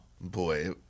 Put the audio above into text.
boy